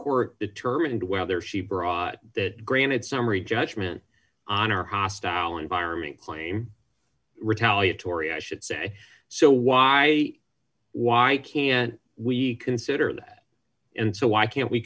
were determined whether she brought that granted summary judgment on or hostile environment claim retaliatory i should say so why why can't we consider that in so why can't we